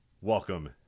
welcome